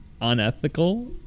unethical